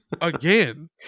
again